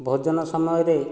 ଭୋଜନ ସମୟରେ